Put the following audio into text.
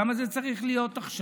למה זה צריך להיות עכשיו?